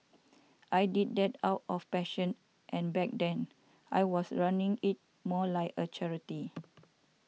I did that out of passion and back then I was running it more like a charity